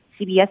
CBS